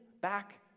back